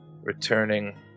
Returning